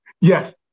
Yes